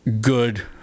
good